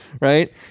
right